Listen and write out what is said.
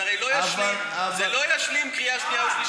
זה הרי לא ישלים קריאה שנייה ושלישית בשבוע.